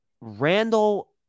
Randall